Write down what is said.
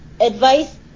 advice